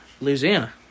Louisiana